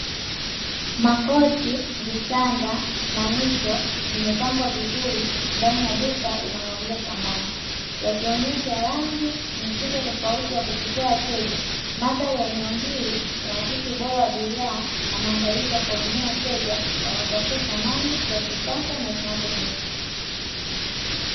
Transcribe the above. Makochi, vitanda na mito vimepangwa vizuri ndani ya duka linalouza samani yakionyesha rangi mitindo tofauti ya kuvutia; wateja mandhari ya eneo hili yanaakisi ubora wa bidhaa na maandalizi ya kuwahudumia wateja wanaotafuta samani za kisasa na zinazodumu.